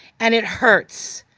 and it hurtles.